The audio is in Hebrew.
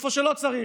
איפה שלא צריך,